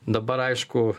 dabar aišku